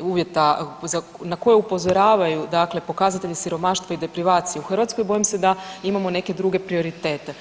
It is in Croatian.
uvjeta na koje upozoravaju dakle, pokazatelji siromaštva i deprivacije u Hrvatskoj, bojim se da imamo neke druge prioritete.